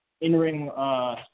in-ring